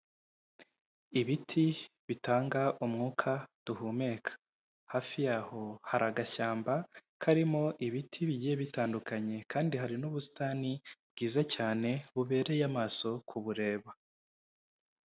Ibiti bitanga umwuka duhumeka hafi yaho hari agashyamba karimo ibiti bigiye bitandukanye kandi hari n'ubusitani bwiza cyane bubereye amaso kubureba.